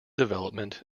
development